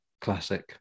classic